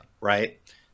Right